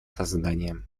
созданием